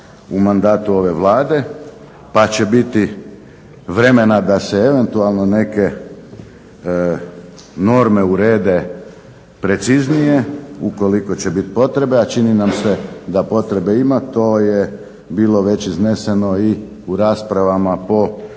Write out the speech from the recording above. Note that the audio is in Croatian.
u mandatu ove Vlade pa će biti vremena da se eventualno neke norme urede preciznije ukoliko će bit potrebe, a čini nam se da potrebe ima. To je bilo već izneseno i u raspravama po